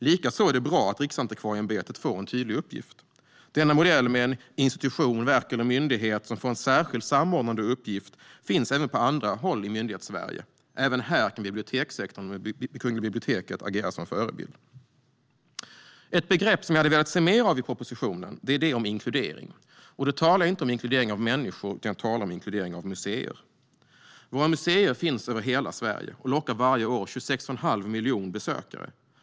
Likaså är det bra att Riksantikvarieämbetet får en tydlig uppgift. Denna modell med en institution, ett verk eller en myndighet som får en särskild samordnande uppgift finns även på andra håll i Myndighetssverige. Även här kan bibliotekssektorn med Kungliga biblioteket agera som förebild. Ett begrepp jag hade velat se mer av i propositionen är "inkludering". Då talar jag inte om inkludering av människor utan om inkludering av museer. Våra museer finns över hela Sverige och lockar varje år 26 1⁄2 miljon besökare.